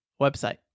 website